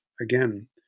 Again